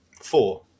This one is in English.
Four